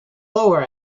lower